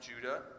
Judah